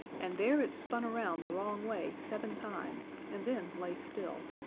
and there it spun around the wrong way seven times and then lay still.